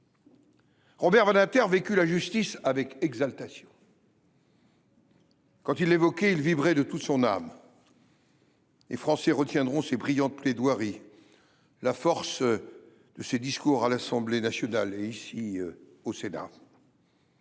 Robert Badinter vécut la justice avec exaltation. Quand il l’évoquait, il vibrait de toute son âme. Les Français retiendront ses brillantes plaidoiries, la force de ses discours à l’Assemblée nationale et ici, au Sénat.